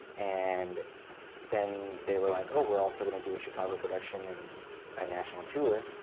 and then they were like, oh, we're also going to do a chicago production and a national tour.